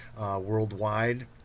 worldwide